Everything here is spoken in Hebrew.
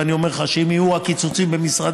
ואני אומר לך שאם יהיו הקיצוצים במשרדי,